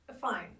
Fine